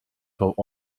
vor